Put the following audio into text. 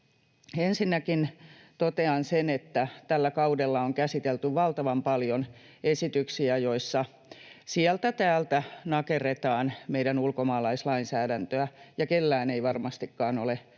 Ensinnäkin totean sen, että tällä kaudella on käsitelty valtavan paljon esityksiä, joissa sieltä täältä nakerretaan meidän ulkomaalaislainsäädäntöämme, ja kellään ei varmastikaan ole tietoa